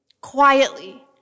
quietly